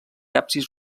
absis